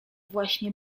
właśnie